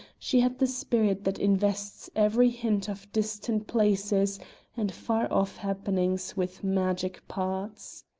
she had the spirit that invests every hint of distant places and far-off happenings with magic parts.